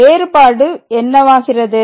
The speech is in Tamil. வேறுபாடு என்னவாகிறது